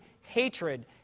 hatred